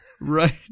Right